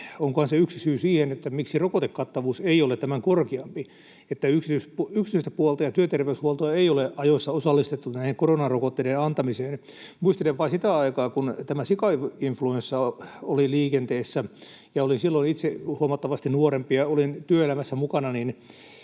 onkohan yksi syy siihen, miksi rokotekattavuus ei ole tämän korkeampi, se, että yksityistä puolta ja työterveyshuoltoa ei ole ajoissa osallistettu näiden koronarokotteiden antamiseen. Muistelen vain sitä aikaa, kun tämä sikainfluenssa oli liikenteessä, ja olin silloin itse huomattavasti nuorempi ja olin työelämässä mukana,